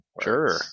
sure